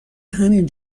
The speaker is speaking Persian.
همین